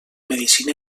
medicina